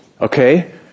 Okay